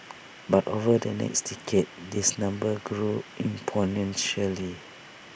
but over the next decade this number grew exponentially